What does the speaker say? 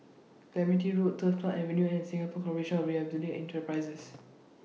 Clementi Road Turf Club Avenue and Singapore Corporation of Enterprises